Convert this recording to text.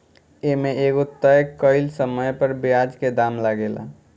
ए में एगो तय कइल समय पर ब्याज के दाम लागेला